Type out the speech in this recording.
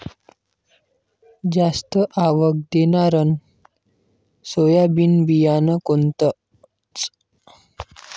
जास्त आवक देणनरं सोयाबीन बियानं कोनचं?